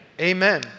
Amen